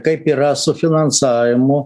kaip yra su finansavimu